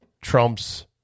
trumps